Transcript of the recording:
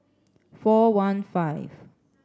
four one five